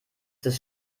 des